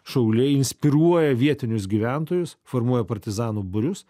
šauliai inspiruoja vietinius gyventojus formuoja partizanų būrius